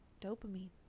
dopamine